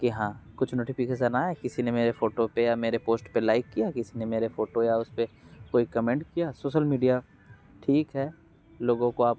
कि हाँ कुछ नोटिफिकेसन आया किसी ने मेरे फोटो पे या मेरे पोस्ट पे लाइक किया किसी ने मेरे फोटो या उसपे कोई कमेंट किया सोसल मीडिया ठीक है लोगों को आप